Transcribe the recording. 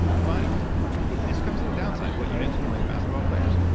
but this comes to the downside. what you mentioned with basketball players,